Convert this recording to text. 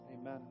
Amen